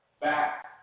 back